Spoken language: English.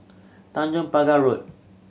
Tanjong Pagar Road